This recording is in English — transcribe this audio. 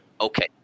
Okay